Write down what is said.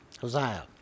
Hosea